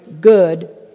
good